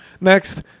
Next